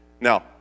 Now